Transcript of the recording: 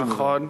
נכון.